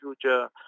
future